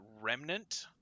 Remnant